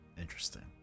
Interesting